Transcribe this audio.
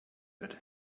wird